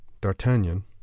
d'artagnan